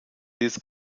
des